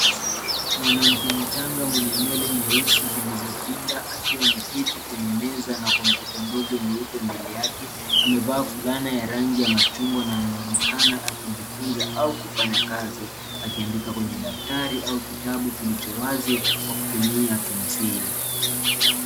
Mwanamke mchanga mwenye nywele nyeusi zilizopinda akiwa ameketi kwenye meza na kompyuta ndogo nyeupe mbele yake. Amevaa fulana ya rangi ya machungwa na anaonekana akijifuza au kufanya kazi akiandika kwenye daftari au kitabu kilicho wazi kwa kutumia penseli.